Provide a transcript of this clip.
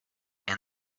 and